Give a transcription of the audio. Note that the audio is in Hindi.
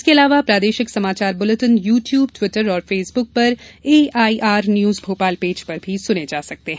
इसके अलावा प्रादेशिक समाचार बुलेटिन यू ट्यूब ट्विटर और फेसबुक पर एआईआर न्यूज भोपाल पेज पर सुने जा सकते हैं